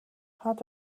had